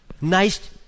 nice